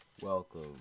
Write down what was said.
Welcome